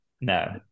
no